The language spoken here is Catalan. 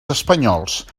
espanyols